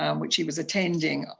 um which he was attending